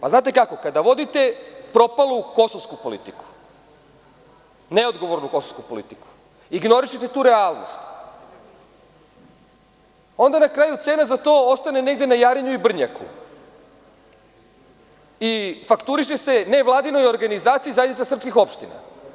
Znate kako, kada vodite propalu kosovsku politiku, neodgovornu kosovsku politiku, ignorišete tu realnost, onda na kraju cena za to ostane negde na Jarinju i Brnjaku i fakturiše se nevladinoj organizaciji Zajednica srpskih opština.